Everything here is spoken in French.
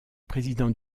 président